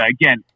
again